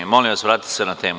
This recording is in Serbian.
Molim vas, vratite se na temu.